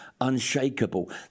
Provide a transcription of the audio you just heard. unshakable